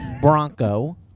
Bronco